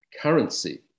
currency